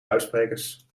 luidsprekers